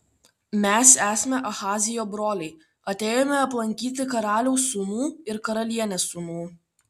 mes esame ahazijo broliai atėjome aplankyti karaliaus sūnų ir karalienės sūnų